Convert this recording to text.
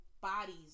bodies